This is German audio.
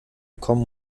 kommen